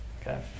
okay